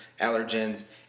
allergens